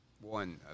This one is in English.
One